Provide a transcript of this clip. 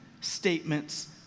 statements